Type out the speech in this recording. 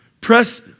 Press